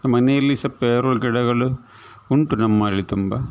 ನಮ್ಮಮನೆಯಲ್ಲಿ ಸಹ ಪೇರಲೆ ಗಿಡಗಳು ಉಂಟು ನಮ್ಮಲ್ಲಿ ತುಂಬ